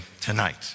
tonight